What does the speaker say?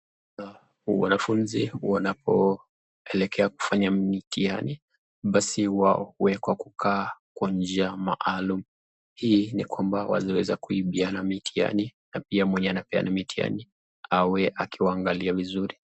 Wanafunzi wanapoelekea kufanya mitihani, basi wao huwekwa kukaa kwa njia maalum, hii ni kwamba wasiweze kuibiana mitihani ya mwenye anapeana mitihani awe akiwaangalia vizuri.